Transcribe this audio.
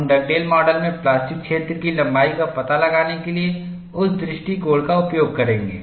हम Dugdale model में plastic क्षेत्र की लंबाई का पता लगाने के लिए उस दृष्टिकोण का उपयोग करेंगे